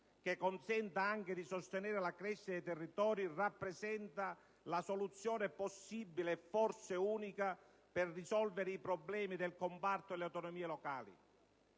che consenta anche di sostenere la crescita dei territori) rappresenta la soluzione possibile e forse unica per risolvere i problemi del comparto delle autonomie locali.